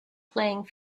playing